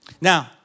Now